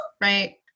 Right